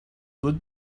زود